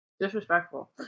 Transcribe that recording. Disrespectful